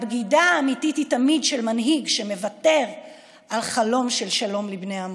הבגידה האמיתית היא תמיד של מנהיג שמוותר על חלום של שלום לבני עמו.